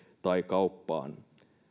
tai kauppaan